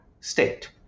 state